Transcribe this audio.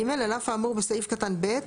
(ג) על אף האמור בסעיף קטן (ב),